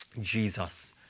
Jesus